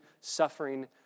suffering